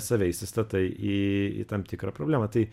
save įsistatai į į tam tikrą problemą tai